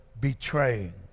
betraying